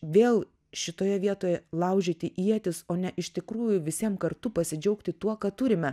vėl šitoje vietoje laužyti ietis o ne iš tikrųjų visiem kartu pasidžiaugti tuo ką turime